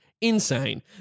insane